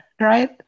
Right